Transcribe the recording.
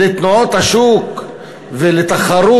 לתנועות השוק ולתחרות,